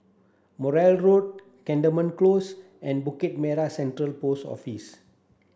Morley Road Cantonment Close and Bukit Merah Central Post Office